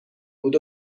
بود